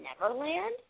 Neverland